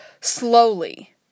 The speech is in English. slowly